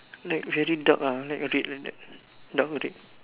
like very dark lah like red like that dark red